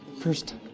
First